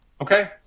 okay